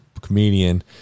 comedian